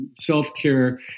self-care